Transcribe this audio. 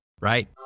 Right